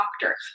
doctor